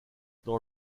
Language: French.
dans